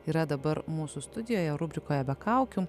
yra dabar mūsų studijoje rubrikoje be kaukių